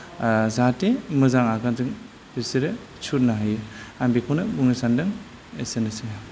जाहाथे मोजां आगानजों बिसोरो सुरनो हायो आं बेखौनो बुंनो सान्दों एसेनोसै